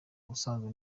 ubusanzwe